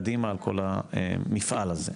קדימה על כל המפעל הזה,